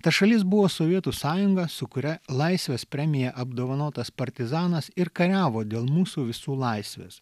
ta šalis buvo sovietų sąjunga su kuria laisvės premija apdovanotas partizanas ir kariavo dėl mūsų visų laisvės